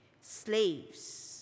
slaves